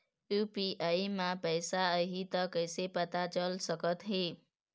UPI म पैसा आही त कइसे पता चल सकत हे?